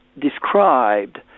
described